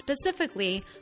specifically